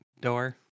door